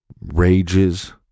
rages